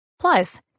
Plus